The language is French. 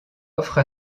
offre